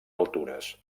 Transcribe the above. altures